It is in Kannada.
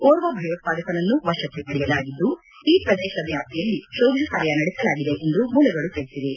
ಓರ್ವ ಭಯೋತ್ಪಾದಕನನ್ನು ವಶಕ್ಕೆ ಪಡೆಯಲಾಗಿದ್ದು ಈ ಪ್ರದೇಶ ವ್ಯಾಪ್ತಿಯಲ್ಲಿ ಶೋಧ ಕಾರ್ಯ ನಡೆಸಲಾಗಿದೆ ಎಂದು ಮೂಲಗಳು ತಿಳಿಸಿವೆ